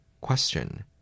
Question